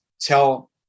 tell